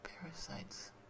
Parasites